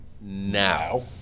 now